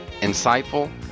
insightful